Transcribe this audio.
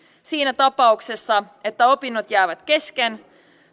siinä tapauksessa että opinnot jäävät kesken